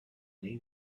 ley